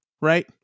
right